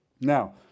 Now